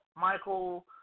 Michael